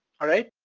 alright?